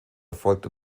erfolgt